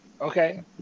Okay